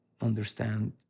understand